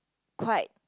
quite